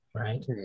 right